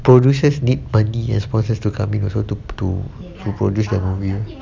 producers need money and sponsors to come in also to to produce the movie